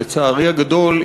לצערי הגדול,